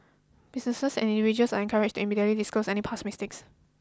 businesses and individuals are encouraged to immediately disclose any past mistakes